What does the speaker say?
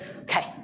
Okay